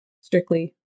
strictly